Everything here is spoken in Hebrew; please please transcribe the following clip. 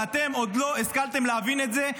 ואתם עוד לא השכלתם להבין את זה,